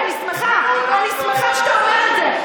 יופי, אני שמחה, אני שמחה שאתה אומר את זה.